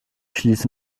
schließe